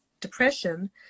depression